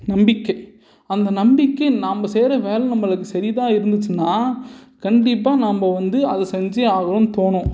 நம்பிக்கை அந்த நம்பிக்கை நாம செய்கிற வேலை நம்மளுக்கு சரி தான் இருந்துச்சுனா கண்டிப்பாக நாம் வந்து அதை செஞ்சே ஆகணும் தோணும்